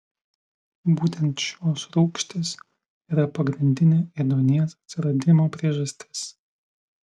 būtent šios rūgštys yra pagrindinė ėduonies atsiradimo priežastis